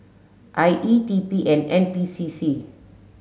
I E T P and N P C C